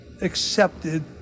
accepted